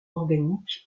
organique